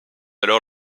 alors